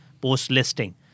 post-listing